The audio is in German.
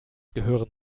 gehören